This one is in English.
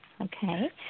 Okay